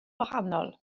wahanol